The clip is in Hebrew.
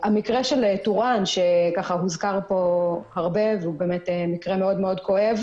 המקרה של טורעאן שהוזכר הרבה והוא מקרה כואב,